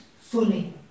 fully